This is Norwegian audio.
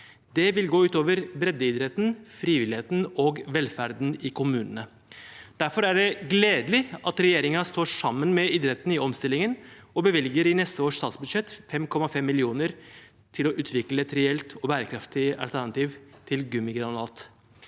Det vil gå ut over breddeidretten, frivilligheten og velferden i kommunene. Derfor er det gledelig at regjeringen står sammen med idretten i omstillingen og i neste års statsbudsjett bevilger 5,5 mill. kr til å utvikle et reelt og bærekraftig alternativ til gummigranulat.